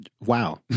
Wow